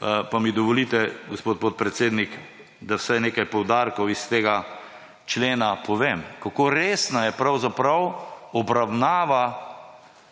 Pa mi dovolite, gospod podpredsednik, da vsaj nekaj poudarkov iz tega člena povem, kako resna je pravzaprav obravnava